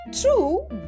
true